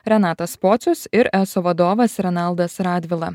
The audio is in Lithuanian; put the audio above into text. renatas pocius ir eso vadovas renaldas radvila